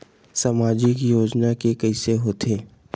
सामाजिक योजना के कइसे होथे?